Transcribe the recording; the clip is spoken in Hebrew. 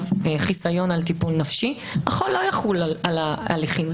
חיסיון על טיפול נפשי החוק לא יחול על ההליכים.